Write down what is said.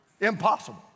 Impossible